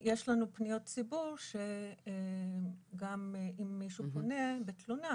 יש לנו פניות ציבור שאם מישהו פונה בתלונה,